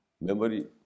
memory